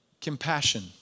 Compassion